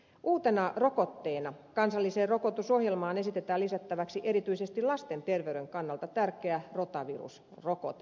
uutena rokotteena kansalliseen rokotusohjelmaan esitetään lisättäväksi erityisesti lasten terveyden kannalta tärkeä rotavirusrokote